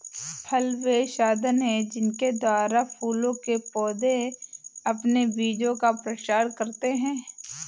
फल वे साधन हैं जिनके द्वारा फूलों के पौधे अपने बीजों का प्रसार करते हैं